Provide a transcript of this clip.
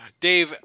Dave